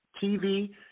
TV